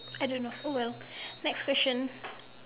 I don't know oh well next question